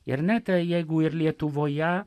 ir net jeigu ir lietuvoje